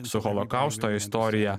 su holokausto istorija